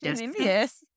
yes